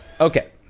Okay